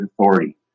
authority